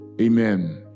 Amen